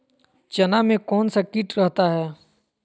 चना में कौन सा किट रहता है?